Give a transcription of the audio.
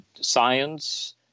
science